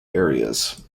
areas